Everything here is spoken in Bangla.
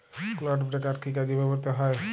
ক্লড ব্রেকার কি কাজে ব্যবহৃত হয়?